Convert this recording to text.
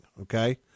okay